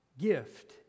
gift